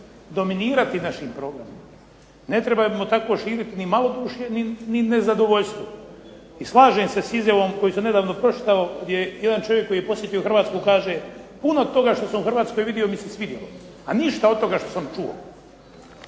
dominirati našim programom, ne trebamo tako širiti ni malodušje ni nezadovoljstvo. I slažem se s izjavom koju sam nedavno pročitao gdje jedan čovjek koji je posjetio Hrvatsku kaže: "Puno toga što sam u Hrvatskoj vidio mi se svidjelo, a ništa od toga što sam čuo".